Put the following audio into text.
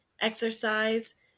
exercise